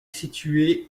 situé